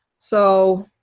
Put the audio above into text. so